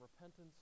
repentance